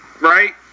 right